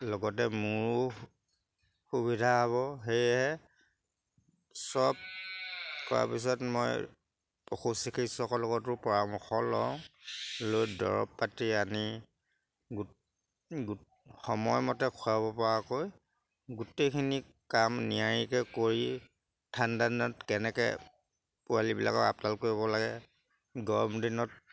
লগতে মোৰো সুবিধা হ'ব সেয়েহে চব কৰাৰ পিছত মই পশু চিকিৎসকৰ লগতো পৰামৰ্শ লওঁ লৈ দৰৱ পাতি আনি সময়মতে খুৱাবপৰাকৈ গোটেইখিনি কাম নিয়াৰিকৈ কৰি ঠাণ্ডাদিনত কেনেকৈ পোৱালিবিলাকৰ আপডাল কৰিব লাগে গৰমদিনত